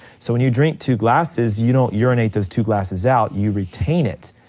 so when you drink two glasses, you don't urinate those two glasses out, you retain it.